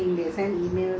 cannot lah